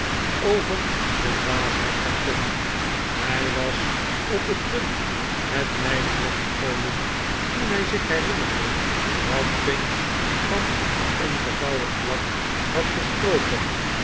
over de dwaasheid van tom hij was op het punt het nijdig wegte gooien toen hij zich herinnerde dat pinch van een omgevouwen blad had gesproken